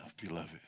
beloved